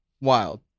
Wild